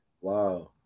Wow